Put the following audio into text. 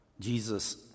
Jesus